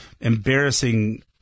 embarrassing